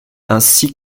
ainsi